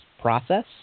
process